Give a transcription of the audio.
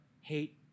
hate